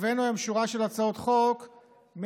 הבאנו היום שורה של הצעות חוק מהקואליציה,